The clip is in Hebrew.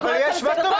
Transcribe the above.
זה מה